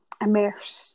immersed